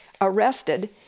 arrested